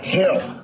help